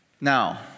Now